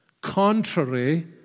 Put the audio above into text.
contrary